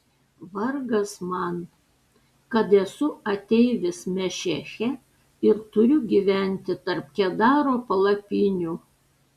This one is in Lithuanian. vargas man kad esu ateivis mešeche ir turiu gyventi tarp kedaro palapinių